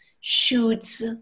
shoots